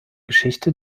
geschichte